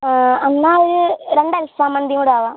എന്നാൽ ഒരൂ രണ്ട് അൽഫാം മന്തി കൂടി ആവാം